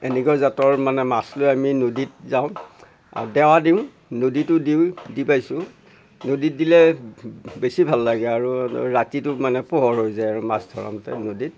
এনেকুৱা জাতৰ মানে মাছ লৈ আমি নদীত যাওঁ আৰু দেৱা দিওঁ নদীতো দিওঁ দি পাইছোঁ নদীত দিলে বেছি ভাল লাগে আৰু ৰাতিটো মানে পোহৰ হৈ যায় আৰু মাছ ধৰোঁতে নদীত